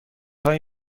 هایی